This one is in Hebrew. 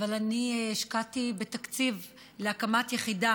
אבל השקעתי בתקציב להקמת יחידה